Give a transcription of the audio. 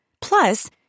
Plus